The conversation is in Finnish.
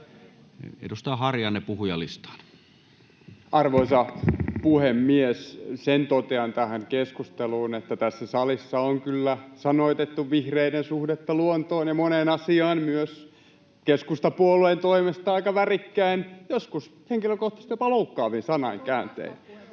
Edustaja Harjanne. — Puhujalistaan. Arvoisa puhemies! Sen totean tähän keskusteluun, että tässä salissa on kyllä sanoitettu vihreiden suhdetta luontoon ja moneen asiaan myös keskustapuolueen toimesta aika värikkäin, joskus henkilökohtaisesti, jopa loukkaavin sanankääntein.